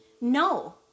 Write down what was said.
No